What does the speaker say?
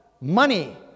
money